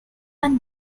and